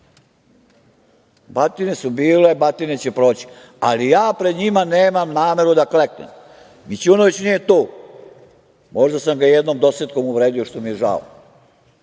Batine su bile, batine će proći, ali ja pred njima nemam nameru da kleknem. Mićunović nije tu, možda sam ga jednom dosetkom uvredio, što mi je žao,